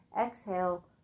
Exhale